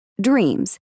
DREAMS